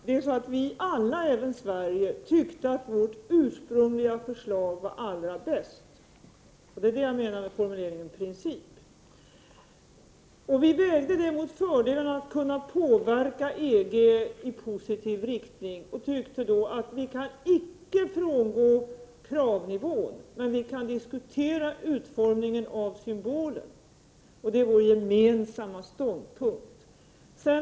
Herr talman! Vi alla här i Sverige tyckte att vårt ursprungliga förslag var allra bäst. Det är vad jag menar med formuleringen ”i princip”. Vi vägde detta mot fördelen av att kunna påverka EG i positiv riktning, och vi tyckte att vi inte kunde frångå kravnivån, men vi kan diskutera utformningen av symbolen. Det är vår gemensamma ståndpunkt.